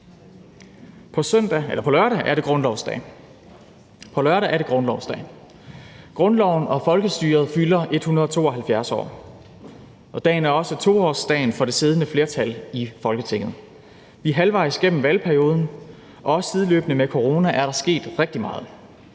På lørdag er det grundlovsdag. Grundloven og folkestyret fylder 172 år, og dagen er også 2-årsdagen for det siddende flertal i Folketinget. Vi er halvvejs igennem valgperioden, og også sideløbende med corona er der sket rigtig meget.